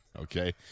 okay